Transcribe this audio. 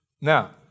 Now